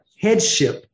headship